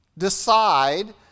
decide